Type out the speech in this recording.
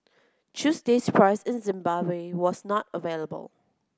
Tuesday's price in Zimbabwe was not available